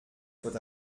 soit